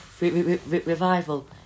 revival